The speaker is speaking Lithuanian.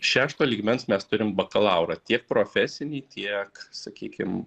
šešto lygmens mes turim bakalaurą tiek profesinį tiek sakykim